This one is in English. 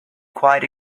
quite